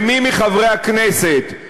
ומי מחברי הכנסת,